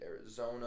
Arizona